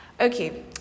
Okay